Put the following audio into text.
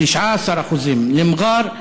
19% מע'אר,